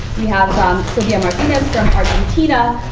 we have silvia martinez from argentina,